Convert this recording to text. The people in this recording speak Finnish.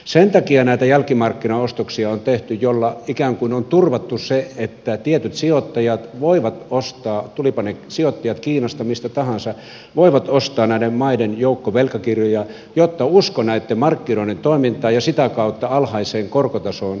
sen takia näitä jälkimarkkinaostoksia on tehty että niillä ikään kuin on turvattu se että tietyt sijoittajat voivat ostaa tulivatpa ne sijoittajat kiinasta mistä tahansa näiden maiden joukkovelkakirjoja jotta usko näitten markkinoiden toimintaan ja sitä kautta alhaiseen korkotasoon toimii